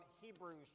Hebrews